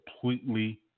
completely